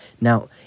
Now